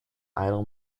idle